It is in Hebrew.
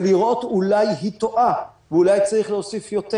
ולראות אולי היא טועה ואולי צריך להוסיף יותר.